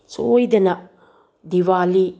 ꯁꯣꯏꯗꯅ ꯗꯤꯋꯥꯂꯤ